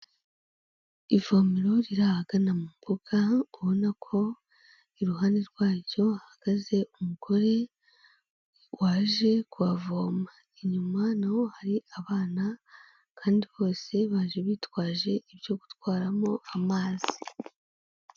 Ivomero rirahagana mu mbuga ubona ko iruhande rwaryo hahagaze umugore waje kuhavoma, inyuma naho hari abana kandi bose baje bitwaje ibyo gutwaramo amazi.